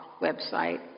website